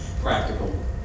practical